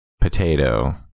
potato